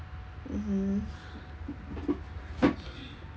mmhmm